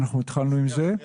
אני